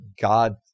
God